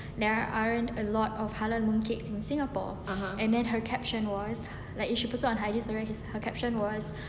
there are a lot of halal mooncakes in singapore and then her caption was like you suppose to hiatus already his her caption was